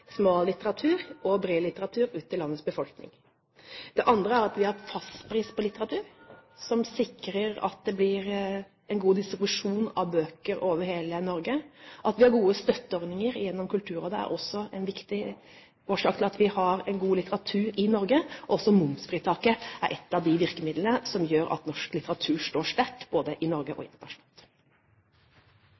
litteratur og bred litteratur ut til landets befolkning. Det andre er at vi har fastpris på litteratur, som sikrer at det blir en god distribusjon av bøker over hele Norge. At vi har gode støtteordninger gjennom Kulturrådet, er også en viktig årsak til at vi har god litteratur i Norge. Også momsfritaket er ett av de virkemidlene som gjør at norsk litteratur står sterkt både i Norge og internasjonalt.